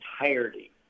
entirety